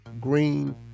green